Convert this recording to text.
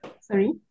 sorry